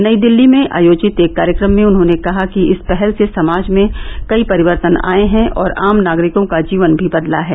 नई दिल्ली में आयोजित एक कार्यक्रम में उन्होंने कहा कि इस पहल से समाज में कई परिवर्तन आये हैं और आम नागरिकों का जीवन भी बदला है